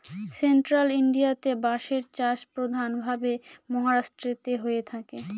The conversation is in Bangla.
সেন্ট্রাল ইন্ডিয়াতে বাঁশের চাষ প্রধান ভাবে মহারাষ্ট্রেতে হয়ে থাকে